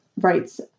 rights